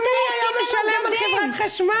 הרי להיות שמאל זה כתם בעיניכם, לא?